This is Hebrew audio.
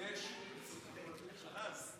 כבוד היושב-ראש, כבוד השר, חבריי חברי הכנסת,